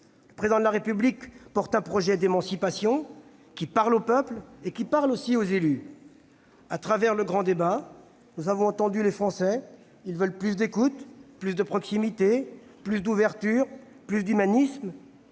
Le Président de la République porte un projet d'émancipation, qui parle au peuple comme aux élus. Au travers du grand débat, nous avons entendu les Français : ils veulent plus d'écoute, plus de proximité, plus d'ouverture, plus d'humanisme,